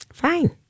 Fine